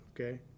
okay